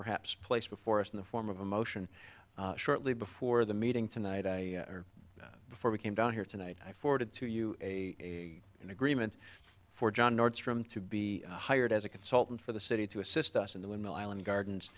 perhaps place before us in the form of a motion shortly before the meeting tonight before we came down here tonight i forwarded to you a in agreement for john nordstrom to be hired as a consultant for the city to assist us in the windmill island gardens